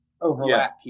overlap